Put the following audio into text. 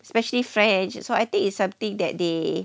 especially french so I think it's something that they